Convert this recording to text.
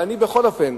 אבל אני בכל אופן